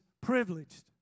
privileged